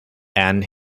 and